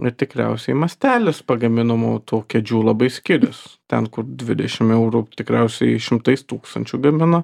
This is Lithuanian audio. ir tikriausiai mastelis pagaminamų tų kėdžių labai skiriasi ten kur dvidešim eurų tikriausiai šimtais tūkstančių gamina